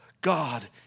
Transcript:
God